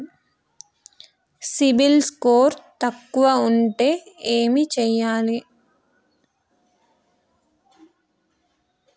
CIBIL score తక్కువ ఉంటే ఏం చేయాలి?